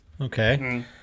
Okay